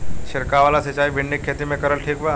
छीरकाव वाला सिचाई भिंडी के खेती मे करल ठीक बा?